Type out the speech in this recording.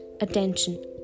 attention